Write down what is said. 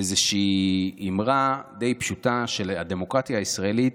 איזושהי אמרה די פשוטה שהדמוקרטיה הישראלית,